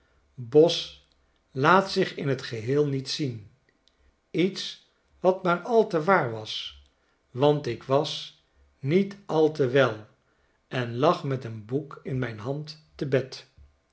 by bozlaat zich in t geheel niet zien iets wat maar al te waar was want ik was niet al te wel en lag met een boek in mijn hand te bed